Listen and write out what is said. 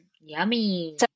Yummy